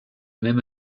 même